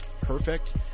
perfect